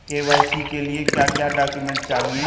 KYC के लिए क्या क्या डॉक्यूमेंट चाहिए?